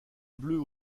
bleues